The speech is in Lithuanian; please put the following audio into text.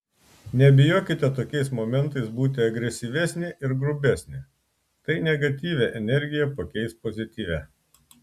nebijokite tokiais momentais būti agresyvesnė ir grubesnė tai negatyvią energiją pakeis pozityvia